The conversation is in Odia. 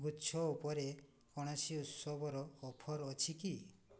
ଗୁଚ୍ଛ ଉପରେ କୌଣସି ଉତ୍ସବର ଅଫର୍ ଅଛି କି